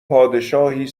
پادشاهی